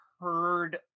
heard